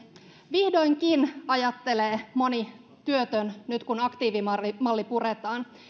vihdoinkin ajattelee moni työtön nyt kun aktiivimalli puretaan